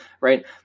right